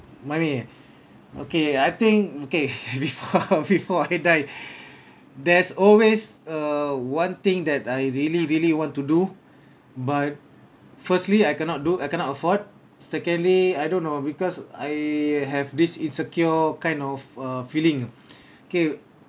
mine eh okay I think okay before before I die there's always uh one thing that I really really want to do but firstly I cannot do I cannot afford secondly I don't know because I have this insecure kind of uh feeling K